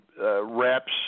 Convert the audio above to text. reps